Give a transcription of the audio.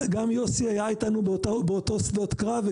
גם יוסי היה איתנו באותם שדות קרב,